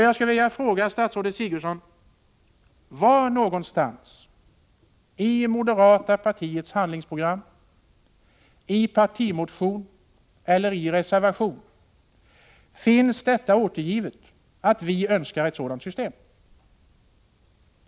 Jag skulle vilja fråga statsrådet Sigurdsen: Var någonstans i moderata samlingspartiets handlingsprogram, partimotion eller reservation finns det återgivet att vi önskar ett sådant system?